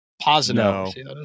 Positive